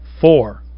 four